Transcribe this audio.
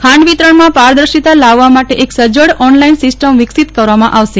ખાંડ વિતરણમાં પારદર્શિતા લાવવા માટે એક સજ્જડ ઓનલાઈન સીસ્ટમ વિકસિત કરવામાં આવશે